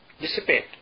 dissipate